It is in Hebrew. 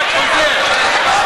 הופה.